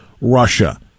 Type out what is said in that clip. Russia